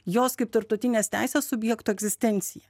jos kaip tarptautinės teisės subjekto egzistenciją